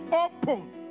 open